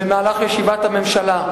במהלך ישיבת הממשלה.